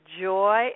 joy